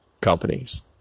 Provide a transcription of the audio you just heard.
companies